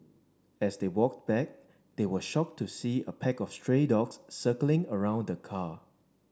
as they walked back they were shocked to see a pack of stray dogs circling around the car